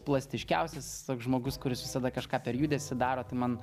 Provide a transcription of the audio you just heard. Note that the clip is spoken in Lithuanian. plastiškiausias žmogus kuris visada kažką per judesį daro tai man